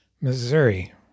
Missouri